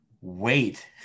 wait